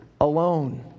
alone